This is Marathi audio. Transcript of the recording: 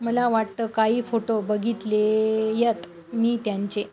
मला वाटतं काही फोटो बघितले आहेत मी त्यांचे